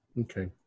Okay